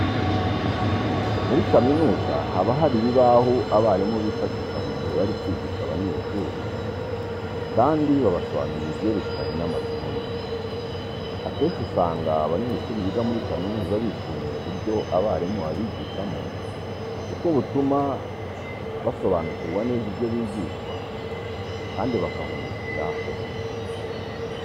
Muri kaminuza haba hari ibibaho abarimu bifashisha mu gihe bari kwigisha abanyeshuri kandi babasobanurira ibyerekeranye n'amasomo biga. Akenshi usanga abanyeshuri biga muri kaminuza bishimira uburyo abarimu babigishamo kuko butuma basobanukirwa neza ibyo bigishwa kandi bakahungukira ubumenyi.